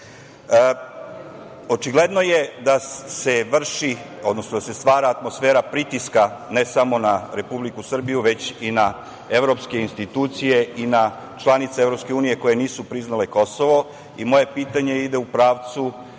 vrši, odnosno da se stvara atmosfera pritiska ne samo na Republiku Srbiju, već i na evropske institucije i na članice EU koje nisu priznale Kosovo. Moje pitanje ide u pravcu